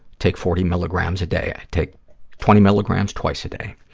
take forty milligrams a day. i take twenty milligrams twice a day.